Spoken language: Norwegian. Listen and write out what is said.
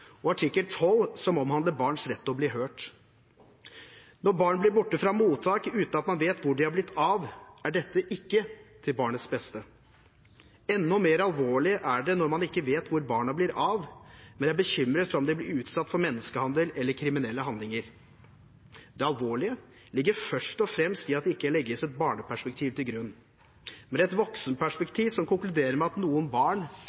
og artikkel 12, som omhandler barns rett til å bli hørt. Når barn blir borte fra mottak uten at man vet hvor de har blitt av, er dette ikke til barnets beste. Enda mer alvorlig er det når man ikke vet hvor barna blir av, men er bekymret for om de blir utsatt for menneskehandel eller kriminelle handlinger. Det alvorlige ligger først og fremst i at det ikke legges et barneperspektiv til grunn, men et voksenperspektiv som konkluderer med at noen barn